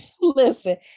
Listen